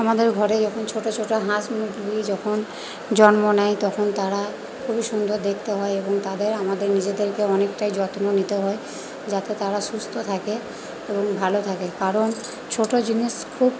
আমাদের ঘরে যখন ছোটো ছোটো হাঁস মুরগিগুলি যখন জন্ম নেয় তখন তারা খুবই সুন্দর দেখতে হয় এবং তাদের আমাদের নিজেদেরকে অনেকটাই যত্ন নিতে হয় যাতে তারা সুস্থ থাকে এবং ভালো থাকে কারণ ছোটো জিনিস খুব